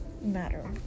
matter